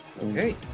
Okay